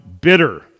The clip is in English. bitter